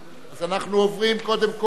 אז אנחנו עוברים קודם כול